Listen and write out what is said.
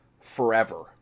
forever